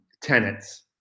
tenants